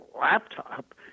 laptop